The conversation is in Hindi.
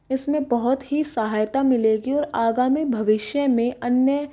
इसमें बहुत ही सहायता मिलेगी और आगामी भविष्य में अन्य